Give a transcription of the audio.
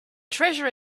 treasure